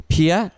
Pia